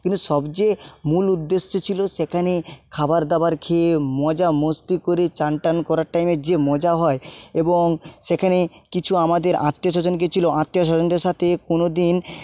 কিন্তু সবযেয়ে মূল উদ্দেশ্য ছিল সেখানে খাবার দাবার খেয়ে মজা মস্তি করে স্নান টান করার টাইমে যে মজা হয় এবং সেখানে কিছু আমাদের আত্মীয়স্বজন গেছিল আত্মীয়স্বজনদের সাথে কোনো দিন